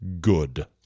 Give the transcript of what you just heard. good